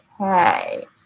okay